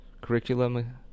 curriculum